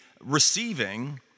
receiving